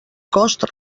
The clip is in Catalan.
cost